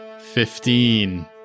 Fifteen